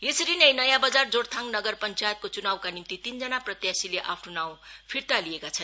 यसरी नै नयाँ बजार जोरथाङ नगर पंचायतको चुनावका निम्ति तीनजना प्रत्याशीले आफ्नो नाउँ फिर्ता लिएका छन्